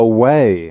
Away